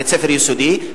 בית-ספר יסודי,